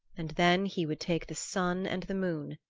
and then he would take the sun and the moon,